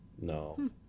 No